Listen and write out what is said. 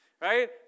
right